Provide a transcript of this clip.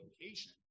location